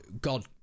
God